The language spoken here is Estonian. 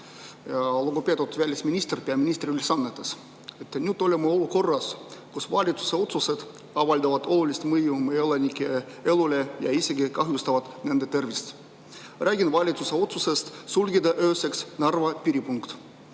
Lugupeetud välisminister peaministri ülesannetes! Nüüd oleme olukorras, kus valitsuse otsused avaldavad olulist mõju elanike elule ja isegi kahjustavad nende tervist. Räägin valitsuse otsusest sulgeda ööseks Narva piiripunkt.